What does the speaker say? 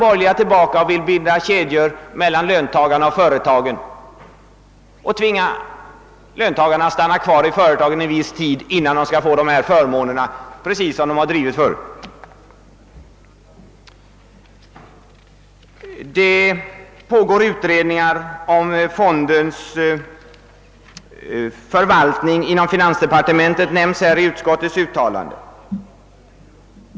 Nu återkommer emellertid de borgerliga med försök att kedja löntagarna vid företagen genom att tvinga löntagarna att stanna kvar en viss tid hos samma företag för att de skall få sina pensionsförmåner. Det är precis samma politik som man drivit förr. Det nämns i utskottets skrivning att det pågår utredningar om ATP-fondens förvaltning inom finansdepartementet.